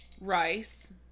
Rice